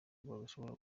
badashobora